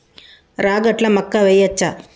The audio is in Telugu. రాగట్ల మక్కా వెయ్యచ్చా?